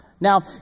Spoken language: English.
Now